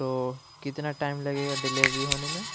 تو کتنا ٹائم لگے گا ڈیلیوری ہونے میں